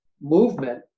movement